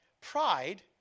pride